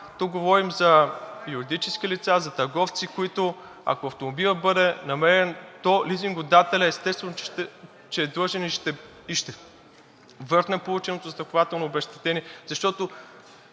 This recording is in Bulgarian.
Тук говорим за юридически лица, за търговци, които, ако автомобилът бъде намерен, то лизингодателят, естествено, че е длъжен и ще върне полученото застрахователно обезщетение, защото